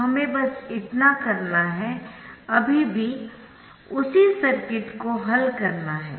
तो हमें बस इतना करना है अभी भी उसी सर्किट को हल करना है